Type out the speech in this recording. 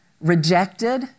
rejected